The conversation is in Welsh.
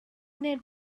neu